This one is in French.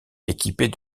équipée